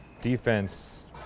defense